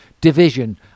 Division